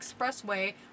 expressway